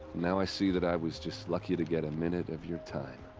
now i see that i was just lucky to get a minute of your time.